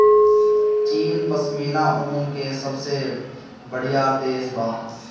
चीन पश्मीना ऊन के सबसे बड़ियार देश बा